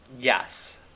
Yes